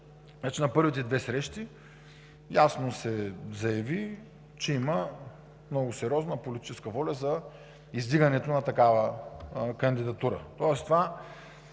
На първите две срещи ясно се заяви, че има много сериозна политическа воля за издигането на такава кандидатура. Тоест